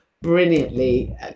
brilliantly